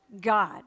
God